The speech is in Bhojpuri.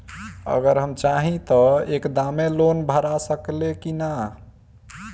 अगर हम चाहि त एक दा मे लोन भरा सकले की ना?